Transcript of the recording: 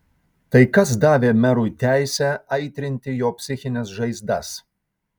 tai kas davė merui teisę aitrinti jo psichines žaizdas